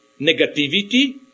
negativity